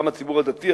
גם הציבור הדתי,